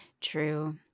True